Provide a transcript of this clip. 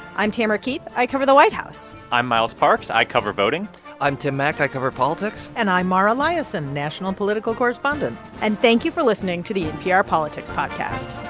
i'm tamara keith. i cover the white house i'm miles parks. i cover voting i'm tim mak, and i cover politics and i'm mara liasson, national political correspondent and thank you for listening to the npr politics podcast